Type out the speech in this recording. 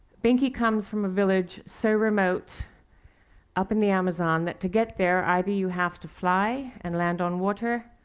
benki comes from a village so remote up in the amazon that to get there, either you have to fly and land on water,